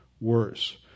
worse